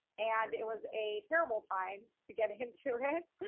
and it was a terrible time to get into it.